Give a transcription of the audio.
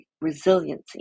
resiliency